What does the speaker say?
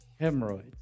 hemorrhoids